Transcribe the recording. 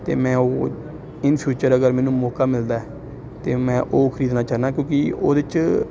ਅਤੇ ਮੈਂ ਉਹ ਇਨ ਫਿਊਚਰ ਅਗਰ ਮੈਨੂੰ ਮੌਕਾ ਮਿਲਦਾ ਤਾਂ ਮੈਂ ਉਹ ਖਰੀਦਣਾ ਚਾਹੁੰਦਾ ਕਿਉਂਕਿ ਉਹਦੇ 'ਚ